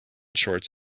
shorts